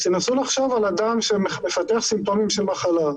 אז תנסו לחשוב על אדם שמפתח סימפטומים של מחלה,